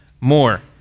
more